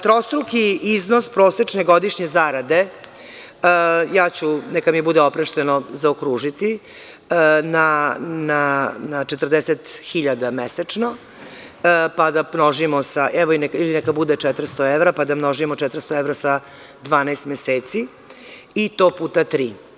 Trostruki iznos prosečne godišnje zarade, ja ću neka mi bude oprošteno, zaokružiti, na 40.000 mesečno, pa da množimo, ili 400 evra, pa da množimo 400 evra sa 12 meseci i to puta tri.